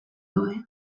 daude